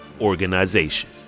Organization